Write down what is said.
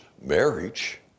marriage